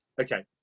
Okay